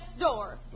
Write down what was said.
door